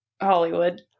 Hollywood